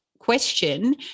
question